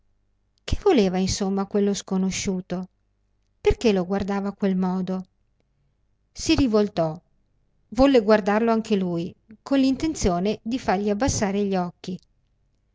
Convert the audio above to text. che voleva insomma quello sconosciuto perché lo guardava a quel modo si rivoltò volle guardarlo anche lui con l'intenzione di fargli abbassare gli occhi